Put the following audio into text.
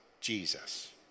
Jesus